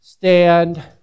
stand